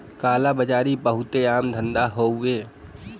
काला बाजारी बहुते आम धंधा हउवे